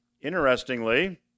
Interestingly